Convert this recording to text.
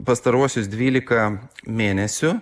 pastaruosius dvylika mėnesių